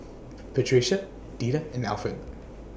Patricia Deetta and Alford